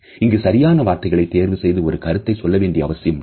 இங்கு சரியான வார்த்தைகளை தேர்வு செய்து ஒரு கருத்தை சொல்ல வேண்டிய அவசியம் உள்ளது